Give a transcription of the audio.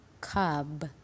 cub